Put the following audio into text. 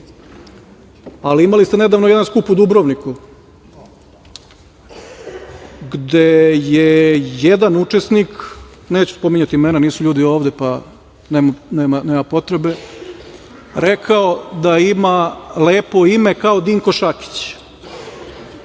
ali imali ste nedavno jedan skup u Dubrovniku, gde je jedan učesnik, neću spominjati imena, nisu ljudi ovde pa nema potrebe, rekao da ima lepo ime, kao Dinko Šakić,